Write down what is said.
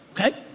Okay